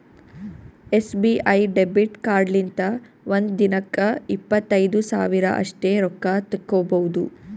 SBI debit ಕಾರ್ಡ್ಲಿಂತ ಒಂದ್ ದಿನಕ್ಕ ಇಪ್ಪತ್ತೈದು ಸಾವಿರ ಅಷ್ಟೇ ರೊಕ್ಕಾ ತಕ್ಕೊಭೌದು